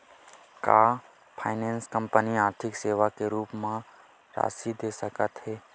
का finance company आर्थिक सेवा के रूप म राशि दे सकत हे?